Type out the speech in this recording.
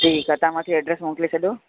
ठीकु आहे तव्हां मांखे एड्रैस मोकिले शॾो